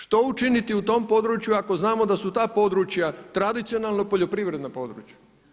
Što učiniti u tom području ako znamo da su ta područja tradicionalno poljoprivredna područja?